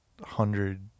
hundred